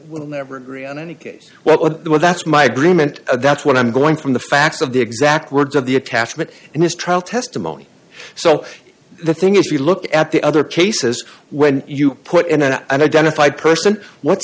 we'll never agree on any case well but that's my agreement that's what i'm going from the facts of the exact words of the attachment and his trial testimony so the thing if you look at the other cases when you put in an identified person what